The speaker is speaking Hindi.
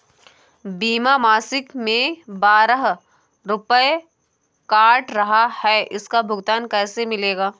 बीमा मासिक में बारह रुपय काट रहा है इसका भुगतान कैसे मिलेगा?